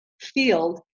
field